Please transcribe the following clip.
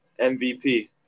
MVP